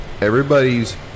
Everybody's